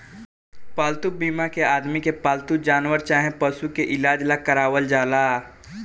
पालतू बीमा के आदमी के पालतू जानवर चाहे पशु के इलाज ला करावल जाला